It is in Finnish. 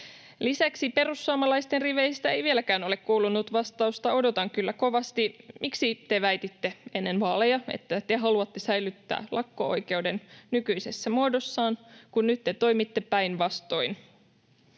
Lisäksi perussuomalaisten riveistä ei vieläkään ole kuulunut — vastausta odotan kyllä kovasti — miksi te väititte ennen vaaleja, että te haluatte säilyttää lakko-oikeuden nykyisessä muodossaan, kun nyt te toimitte päinvastoin.